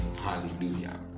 Hallelujah